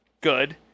good